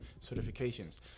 certifications